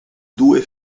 due